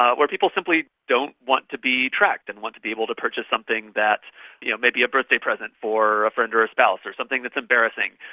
ah where people simply don't want to be tracked and want to be able to purchase something that you know may be a birthday present for a friend or a spouse or something that is embarrassing,